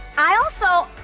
i also,